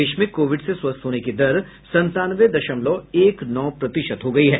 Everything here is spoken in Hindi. देश में कोविड से स्वस्थ होने की दर संतानवे दशमलव एक नौ प्रतिशत हो गई है